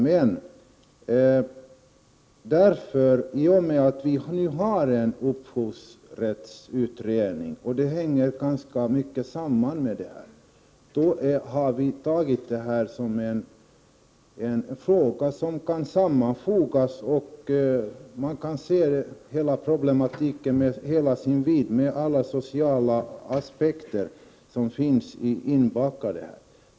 Men eftersom vi har en upphovsrättsutredning, som arbetar med frågor som | ganska nära hänger samman med denna skattefråga, har vi ansett att problemet bör behandlas i hela dess vidd med alla de sociala aspekter som här kan anläggas.